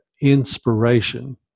inspiration